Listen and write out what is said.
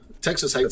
Texas